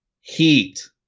Heat